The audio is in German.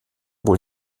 wohl